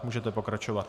Můžete pokračovat.